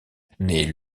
naît